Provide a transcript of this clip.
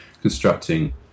constructing